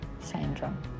syndrome